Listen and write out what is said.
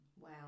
Wow